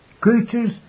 Creatures